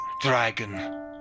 dragon